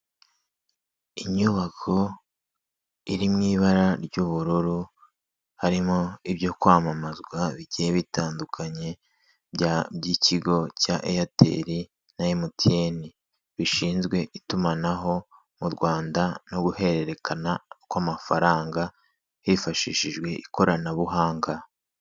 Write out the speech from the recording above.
Inyubako iri mu ibara ry'ubururu harimo ibyo kwamamazwa bigiye bitandukanye by'ikigo cya Eyateri na Emutiyeni bishinzwe itumanaho mu Rwanda no guhererekana kw'amafaranga hifashishijwe ikoranabuhanga.